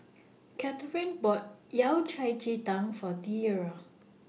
Kathrine bought Yao Cai Ji Tang For Tiera